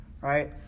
right